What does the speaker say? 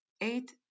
eight